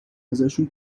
ازشون